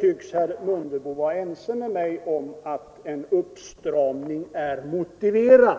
tycker även herr Mundebo att en uppstramning är motiverad.